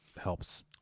helps